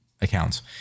accounts